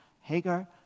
Hagar